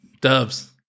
Dubs